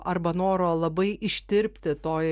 arba noro labai ištirpti toj